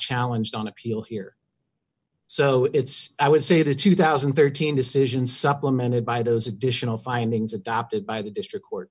challenged on appeal here so it's i would say the two thousand and thirteen decision supplemented by those additional findings adopted by the district court